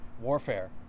warfare